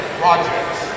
projects